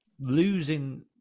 losing